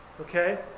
Okay